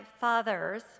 father's